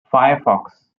firefox